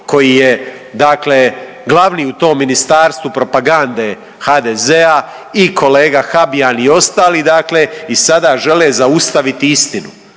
koji je dakle glavni u tom ministarstvu propagande HDZ-a i kolega Habijan i ostali dakle i sada žele zaustaviti istinu,